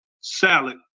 salad